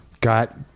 Got